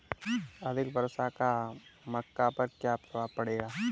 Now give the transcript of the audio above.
अधिक वर्षा का मक्का पर क्या प्रभाव पड़ेगा?